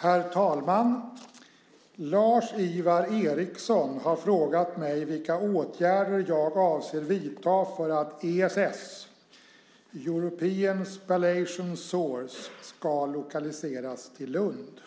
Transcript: Herr talman! Lars-Ivar Ericson har frågat mig vilka åtgärder jag avser att vidta för att ESS ska lokaliseras till Lund.